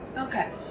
Okay